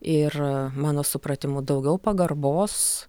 ir mano supratimu daugiau pagarbos